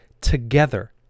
together